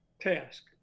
task